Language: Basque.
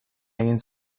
egin